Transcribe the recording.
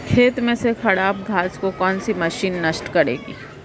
खेत में से खराब घास को कौन सी मशीन नष्ट करेगी?